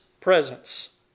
presence